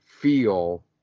feel